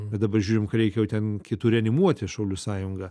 bet dabar žiūrim kad reikia jau ten kitų reanimuoti šaulių sąjungą